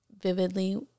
vividly